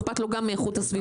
אכפת לו גם מאיכות הסביבה.